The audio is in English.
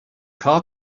car